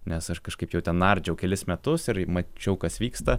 nes aš kažkaip jau ten nardžiau kelis metus ir mačiau kas vyksta